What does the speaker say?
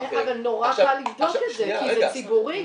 -- אבל נורא קל לבדוק את זה כי זה ציבורי.